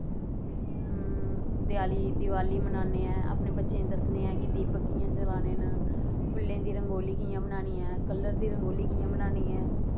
देआली दिवाली मनाने ऐ अपने बच्चें ई दस्सने आं कि दीपक कि'यां जलाने न फु'ल्लें दी रंगोली कि'यां बनानी ऐ कलर दी रंगोली कि'यां बनानी ऐ